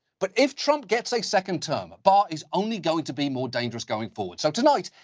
but if trump gets a second term, barr is only going to be more dangerous going forward. so tonight,